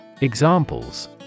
Examples